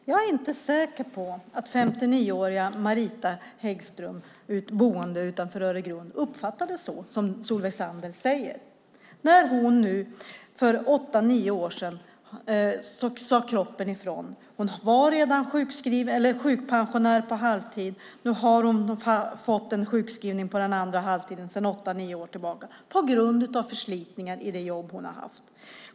Herr talman! Jag är inte säker på att 59-åriga Marita Häggström boende utanför Öregrund uppfattar det så som Solveig Zander säger. För åtta nio år sedan sade kroppen ifrån. Hon var redan då sjukpensionär på halvtid och har nu en sjukskrivning på den andra halvtiden sedan åtta nio år tillbaka på grund av förslitningar av det jobb hon haft.